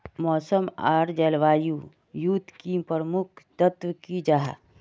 मौसम आर जलवायु युत की प्रमुख तत्व की जाहा?